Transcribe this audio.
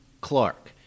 Clark